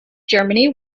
germany